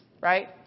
right